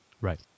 Right